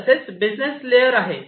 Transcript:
तसेच business layer आहे